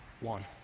one